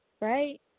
Right